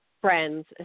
friends